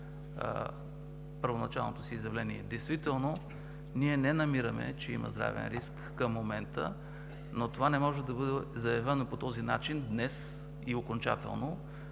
първоначалното си изявление. Действително ние намираме, че има здравен риск към момента, но това не може да бъде заявено по този начин днес и окончателно,